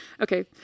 okay